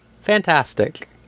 fantastic